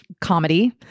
comedy